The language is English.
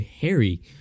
Harry